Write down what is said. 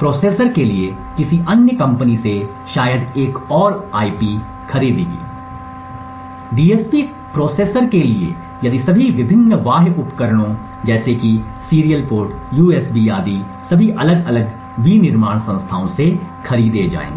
processor के लिए किसी अन्य कंपनी से शायद एक और आईपी कोर खरीदेगी डीएसपी प्रोसेसर के लिए यदि सभी विभिन्न बाह्य उपकरणों जैसे कि सीरियल पोर्ट यूएसबी आदि सभी अलग अलग विनिर्माण संस्थाओं से खरीदे जाएंगे